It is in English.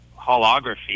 holography